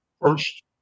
first